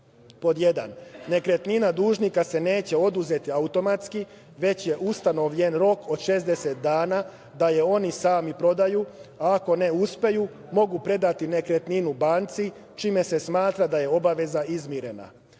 nekretnina dužnika se neće oduzeti automatski, već je ustanovljen rok od 60 dana da je oni sami prodaju, a ako ne uspeju, mogu predati nekretninu banci, čime se smatra da je obaveza izmirena. Sve